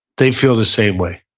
they feel the same way.